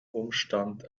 umstand